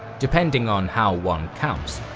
depending on how one counts,